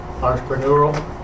Entrepreneurial